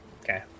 Okay